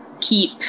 keep